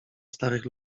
starych